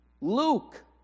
Luke